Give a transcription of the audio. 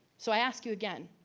so i ask you again,